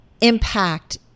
impact